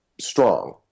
strong